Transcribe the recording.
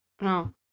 No